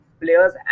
players